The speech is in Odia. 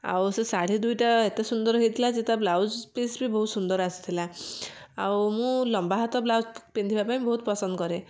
ଆଉ ସେ ଶାଢ଼ୀ ଦୁଇଟା ଏତେ ସୁନ୍ଦର ହୋଇଥିଲା ଯେ ତା ବ୍ଳାଉଜ ପିସ୍ ବି ବହୁତ ସୁନ୍ଦର ଆସିଥିଲା ଆଉ ମୁଁ ଲମ୍ବା ହାତ ବ୍ଲାଉଜ ପିନ୍ଧିବା ପାଇଁ ବହୁତ ପସନ୍ଦ କରେ